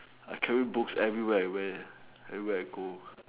I carry books everywhere I where everywhere I go